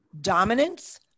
dominance